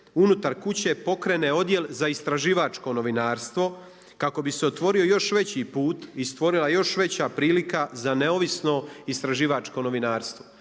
unutar kuće pokrene odjel za istraživačko novinarstvo kako bi se otvorio još veći put i stvorila još veća prilika za neovisno istraživačko novinarstvo.